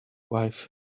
wife